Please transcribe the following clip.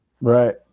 Right